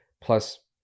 plus